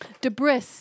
Debris